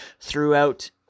throughout